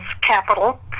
capital